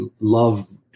love